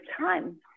time